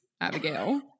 Abigail